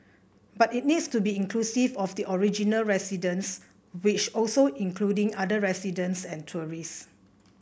but it needs to be inclusive of the original residents which also including other residents and tourists